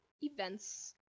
events